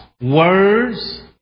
words